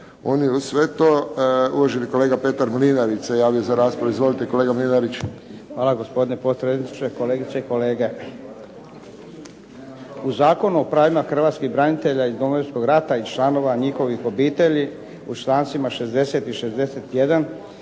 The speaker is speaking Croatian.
unio u sve to. Uvaženi kolega Petar Mlinarić se javio za raspravu. Izvolite kolega Mlinarić. **Mlinarić, Petar (HDZ)** Hvala, gospodine potpredsjedniče. Kolegice i kolege. U Zakonu o pravima hrvatskih branitelja iz Domovinskog rata i članova njihovih obitelji u člancima 60. i 61.